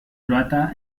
croata